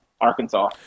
Arkansas